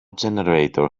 generator